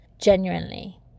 genuinely